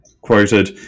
quoted